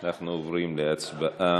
אנחנו עוברים להצבעה,